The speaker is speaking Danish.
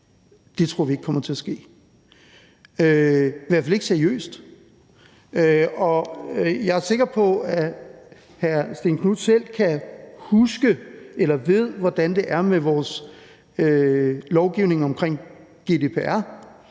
Det tror vi ikke på kommer til at ske, i hvert fald ikke seriøst. Jeg er sikker på, at hr. Stén Knuth selv kan huske eller ved, hvordan det er med vores lovgivning omkring GDPR,